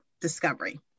discovery